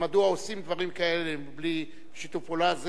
ומדוע עושים דברים כאלה בלי שיתוף פעולה.